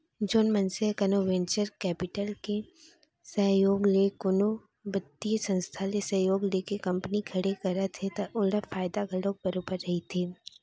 जेन मनसे ह कोनो वेंचर कैपिटल के सहयोग ले कोनो बित्तीय संस्था ले सहयोग लेके कंपनी खड़े करत हे त ओला फायदा घलोक बरोबर रहिथे